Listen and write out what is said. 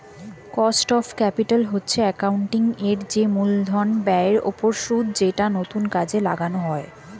cost of capital হচ্ছে accounting এর যে মূলধন ব্যয়ের ওপর সুদ যেটা নতুন কাজে লাগানো হয়